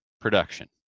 production